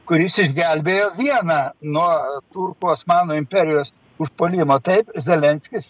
kuris išgelbėjo vieną nuo turkų osmanų imperijos užpuolimo taip zelenskis